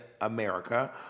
America